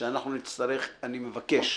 שאני מבקש,